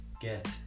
get